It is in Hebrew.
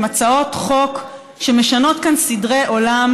הן הצעות חוק שמשנות כאן סדרי עולם